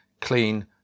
clean